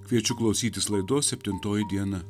kviečiu klausytis laidos septintoji diena